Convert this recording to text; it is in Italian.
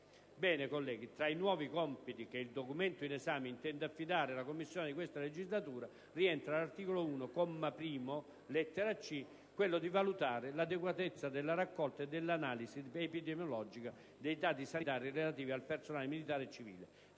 Bene, colleghi, tra i nuovi compiti che il documento in esame intende affidare alla Commissione di questa legislatura rientra, all'articolo 1, comma 1, lettera c*)*, quello di valutare l'«adeguatezza della raccolta e della analisi epidemiologica dei dati sanitari relativi al personale militare e civile,